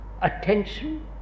attention